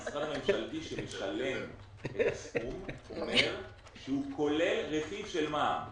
המשרד הממשלתי שמשלם את הסכום אומר שהוא כולל רכיב של מע"מ.